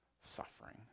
suffering